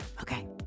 Okay